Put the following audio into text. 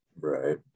Right